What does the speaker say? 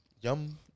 Yum